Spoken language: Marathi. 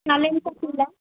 चालेल का तुला